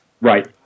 right